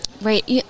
Right